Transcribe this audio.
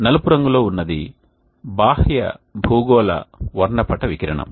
నలుపు రంగులో ఉన్నది బాహ్య భూగోళ వర్ణపట వికిరణం